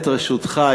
את רשותך,